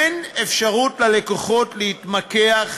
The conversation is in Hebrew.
אין אפשרות ללקוחות להתמקח,